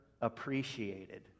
appreciated